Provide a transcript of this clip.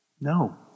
No